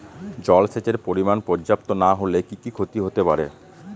জলসেচের পরিমাণ পর্যাপ্ত না হলে কি কি ক্ষতি হতে পারে?